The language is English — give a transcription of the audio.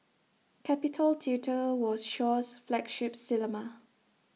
capitol theatre was Shaw's flagship cinema